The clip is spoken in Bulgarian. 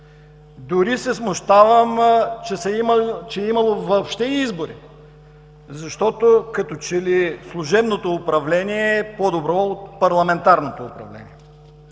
се дори, че е имало въобще избори, защото като че ли служебното управление е по-добро от парламентарното управление.